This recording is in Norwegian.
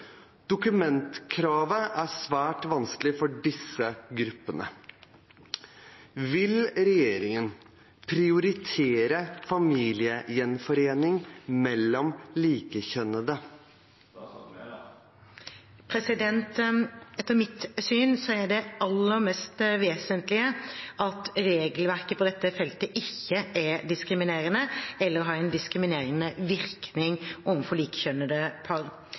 Dokumentkravet er svært vanskelig for disse gruppene. Vil regjeringen prioritere familiegjenforening mellom likekjønnede?» Etter mitt syn er det aller mest vesentlige at regelverket på dette feltet ikke er diskriminerende eller har en diskriminerende virkning overfor likekjønnede par.